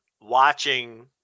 watching